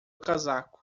casaco